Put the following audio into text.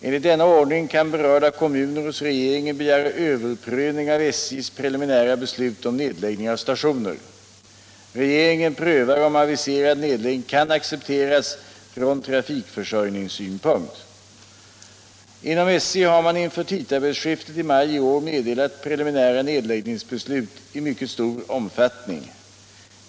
Enligt denna ordning kan berörda kommuner hos regeringen begära överprövning av SJ:s preliminära beslut om nedläggning av stationer. Regeringen prövar om aviserad nedläggning kan accepteras från trafikförsörjningssynpunkt. Inom SJ har man inför tidtabellsskiftet i maj i år meddelat preliminära nedläggningsbeslut i mycket stor omfattning.